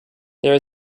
there